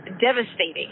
devastating